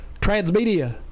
Transmedia